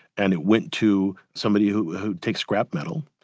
and it went to somebody who who takes scrap metal.